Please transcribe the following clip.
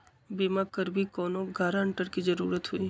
बिमा करबी कैउनो गारंटर की जरूरत होई?